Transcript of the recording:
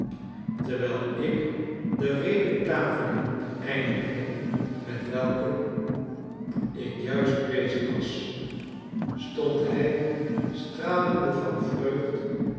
terwijl ik de redekaveling eindigde met welke ik juist bezig was stond hij stralende van vreugd